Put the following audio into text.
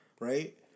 right